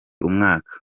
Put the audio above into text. umwaka